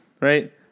right